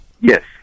Yes